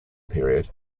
period